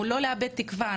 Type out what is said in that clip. לאבד תקווה,